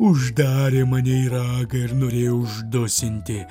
uždarė mane į ragą ir norėjo uždusinti